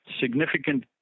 significant